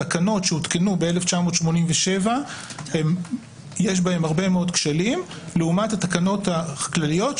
תקנות שהותקנו ב-1987 יש בהן הרבה מאוד כשלים לעומת התקנות הכלליות,